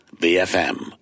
BFM